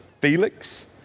Felix